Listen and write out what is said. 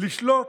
לשלוט